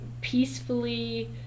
peacefully